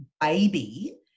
baby